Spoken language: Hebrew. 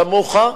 כמוך,